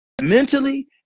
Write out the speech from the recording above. mentally